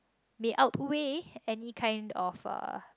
may outweigh any kind of uh